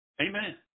Amen